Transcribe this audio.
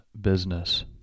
business